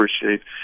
appreciate